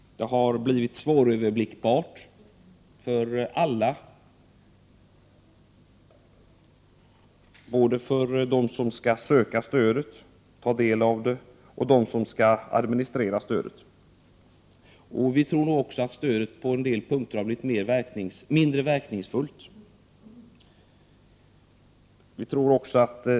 Det har blivit svåröverblickbart för alla, både för dem som skall söka stödet eller åtnjuta det och för dem som skall administrera stödet. Vi tror också att stödet på en del punkter har blivit mindre verkningsfullt.